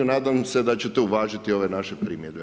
Nadam se da ćete uvažiti ove naše primjedbe.